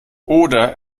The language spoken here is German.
oder